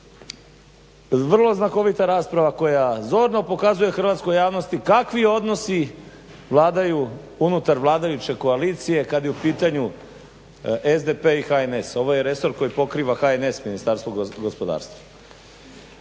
vrlo znakovita rasprava koja zorno pokazuje hrvatskoj javnosti kakvi odnosi vladaju unutar vladajuće koalicije kad je u pitanju SDP i HNS. Ovo je resor koji pokriva HNS, Ministarstvo gospodarstva.